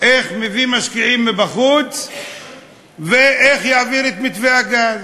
איך מביאים משקיעים מבחוץ ואיך יעביר את מתווה הגז,